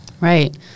Right